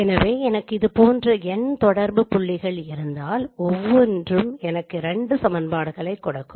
எனவே எனக்கு இதுபோன்ற n தொடர்பு புள்ளிகள் இருந்தால் ஒவ்வொன்றும் எனக்கு இரண்டு சமன்பாடுகளை கொடுக்கும்